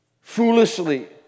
foolishly